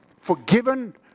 Forgiven